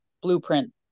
blueprint